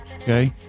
okay